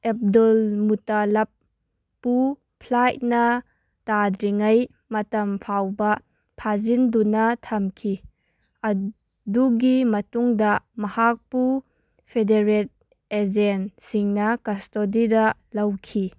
ꯑꯦꯕꯗꯨꯜ ꯃꯨꯇꯥꯂꯕꯄꯨ ꯐ꯭ꯂꯥꯏꯠꯅ ꯇꯥꯗ꯭ꯔꯤꯉꯩꯒꯤ ꯃꯇꯝ ꯐꯥꯎꯕ ꯐꯥꯖꯤꯟꯗꯨꯅ ꯊꯝꯈꯤ ꯑꯗꯨꯒꯤ ꯃꯇꯨꯡꯗ ꯃꯍꯥꯛꯄꯨ ꯐꯦꯗꯔꯦꯠ ꯑꯦꯖꯦꯟꯁꯤꯡꯅ ꯀꯁꯇꯗꯤꯗ ꯂꯧꯈꯤ